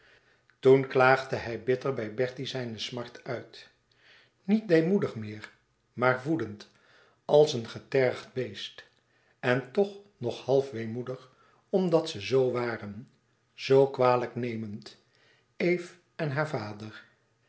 toen klaagde hij bitter bij bertie zijne smart uit niet deêmoedig meer maar woedend als een getergd beest en toch nog half weemoedig omdat ze zoo waren zoo kwalijknemend eve en haar vader